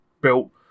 built